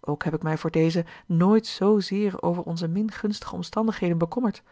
ook heb ik mij voordezen nooit zoozeer over onze min gunstige omstandigheden bekommerd